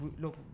look